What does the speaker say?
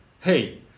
Hey